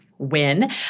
Win